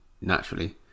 naturally